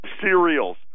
cereals